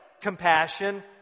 compassion